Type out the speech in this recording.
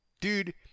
Dude